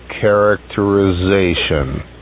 characterization